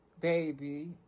Baby